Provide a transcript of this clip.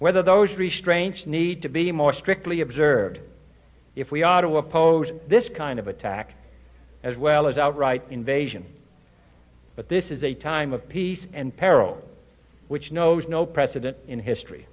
whether those restraints need to be more strictly observed if we are to oppose this kind of attack as well as outright invasion but this is a time of peace and peril which knows no precedent in history